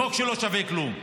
בחוק שלא שווה כלום.